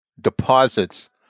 deposits